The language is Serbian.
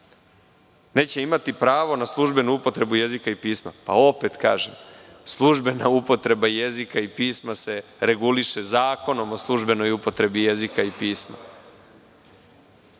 neće imati pravo na službenu upotrebu jezika i pisma. Opet kažem, službena upotreba jezika i pisma se reguliše Zakonom o službenoj upotrebi jezika i pisma.